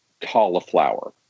cauliflower